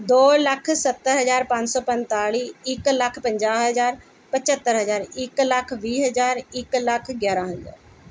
ਦੋ ਲੱਖ ਸੱਤਰ ਹਜ਼ਾਰ ਪੰਜ ਸੋ ਪੰਨਤਾਲੀ ਇੱਕ ਲੱਖ ਪੰਜਾਹ ਹਜ਼ਾਰ ਪੰਚੱਤਰ ਹਜ਼ਾਰ ਇੱਕ ਲੱਖ ਵੀਹ ਹਜ਼ਾਰ ਇੱਕ ਲੱਖ ਗਿਆਰ੍ਹਾਂ ਹਜ਼ਾਰ